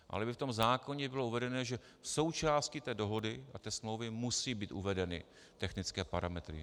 Ale aby v tom zákoně bylo uvedeno, že jako součást té dohody a té smlouvy musí být uvedeny technické parametry.